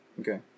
Okay